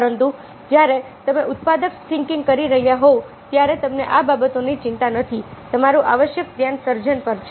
પરંતુ જ્યારે તમે ઉત્પાદક થિંકિંગ કરી રહ્યા હોવ ત્યારે તમને આ બાબતોની ચિંતા નથી તમારું આવશ્યક ધ્યાન સર્જન પર છે